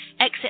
Exit